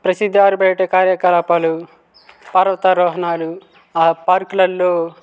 ప్రసిద్ధ ఆరు బయట కార్యకలాపాలు పర్వతారోహణలు ఆ పార్కులల్లో